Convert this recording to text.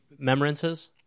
memorances